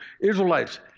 Israelites